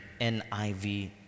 NIV